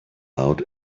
out